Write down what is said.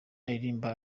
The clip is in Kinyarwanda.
aririmba